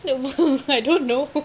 I don't know